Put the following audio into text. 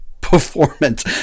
performance